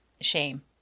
shame